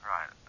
Right